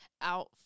out